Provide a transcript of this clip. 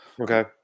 Okay